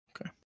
Okay